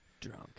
drunk